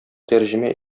тәрҗемә